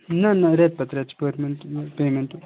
نہَ نہَ رٮ۪تہٕ پَتہٕ رٮ۪تہٕ چھِ پٔر مَنتھٕ یِوان پیمٮ۪نٛٹہٕ